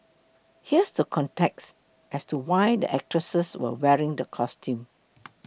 here's the context as to why the actresses were wearing the costumes